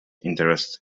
interest